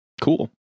Cool